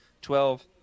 twelve